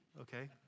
okay